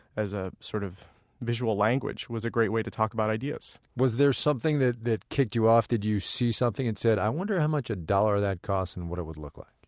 as a sort of visual language, was a great way to talk about ideas was there something that that kicked you off did you see something and said, i wonder how much a dollar of that costs and what it would look like?